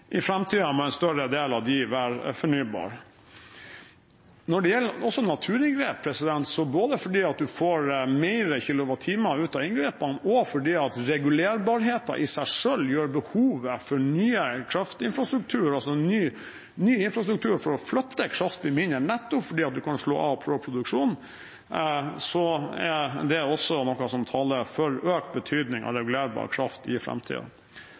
I framtiden må en større del av dem være fornybare. Det gjelder også naturinngrep, både fordi du får mer kWt ut av inngrepene, og fordi regulerbarheten i seg selv gjør at behovet for ny kraftinfrastruktur, altså ny infrastruktur for å flytte kraft, blir mindre, nettopp fordi du kan slå av og på produksjonen. Så det er også noe som taler for økt betydning av regulerbar kraft i